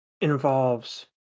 involves